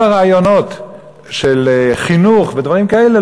וכל הרעיונות של חינוך ודברים כאלה,